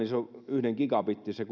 yhden gigabitin